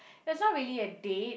that's not really a date